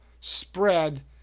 spread